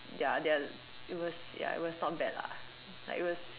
ya they are it was ya it was not bad lah like it was